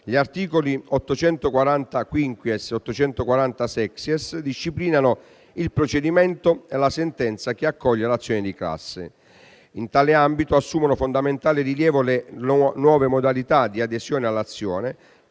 e 840-*sexies* disciplinano il procedimento e la sentenza che accoglie l'azione di classe. In tale ambito, assumono fondamentale rilievo le nuove modalità di adesione all'azione,